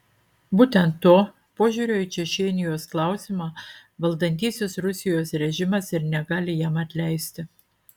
būtent to požiūrio į čečėnijos klausimą valdantysis rusijos režimas ir negali jam atleisti